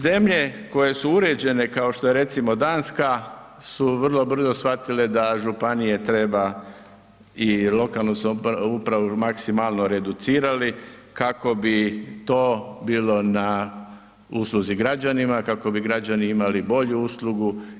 Zemlje koje su uređene kao što je recimo Danska su vrlo brzo shvatile da županije treba i lokalnu ... maksimalno reducirali kako bi to bilo na usluzi građanima, kako bi građani imali bolju uslugu.